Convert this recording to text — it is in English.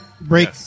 break